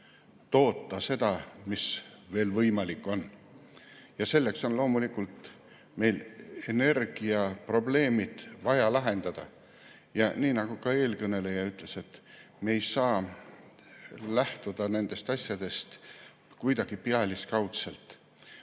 toota seda, mida veel võimalik toota on. Selleks on loomulikult vaja meil energiaprobleemid lahendada. Nii nagu ka eelkõneleja ütles, me ei saa [suhtuda] nendesse asjadesse kuidagi pealiskaudselt.